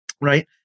right